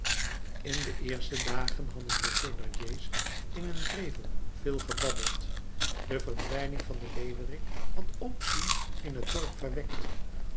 in de eerste dagen hadden de thénardier's in hun wrevel veel gebabbeld de verdwijning van de leeuwerik had opzien in t dorp verwekt